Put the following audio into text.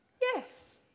Yes